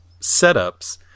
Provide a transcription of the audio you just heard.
setups